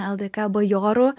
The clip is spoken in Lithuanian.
ldk bajorų